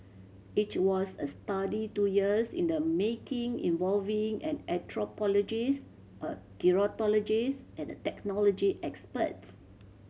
it was a study two years in the making involving an anthropologist a gerontologist and technology experts